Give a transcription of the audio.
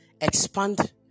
Expand